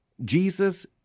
Jesus